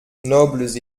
nobles